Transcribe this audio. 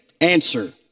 Answer